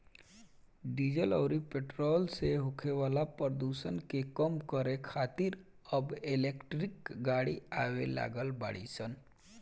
diesel अउरी petrol से होखे वाला प्रदुषण के कम करे खातिर अब इलेक्ट्रिक गाड़ी आवे लागल बाड़ी सन